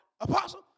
apostle